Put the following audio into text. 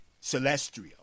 celestial